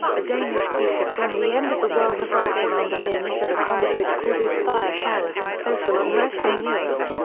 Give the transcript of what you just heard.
the danish feature film the end of the world revolves around the near-miss of a comet which causes fire showers and social unrest in europe.